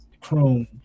chrome